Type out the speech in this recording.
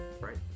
right